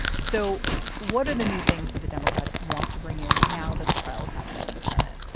so what are the new things that the democrats want to bring in now that the trial's happening in the senate?